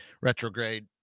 retrograde